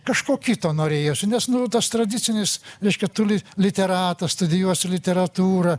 kažko kito norėjosi nes tas tradicinis reiškia tu li literatas studijuosi literatūrą